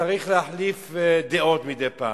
וצריך להחליף דעות מדי פעם,